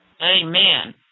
Amen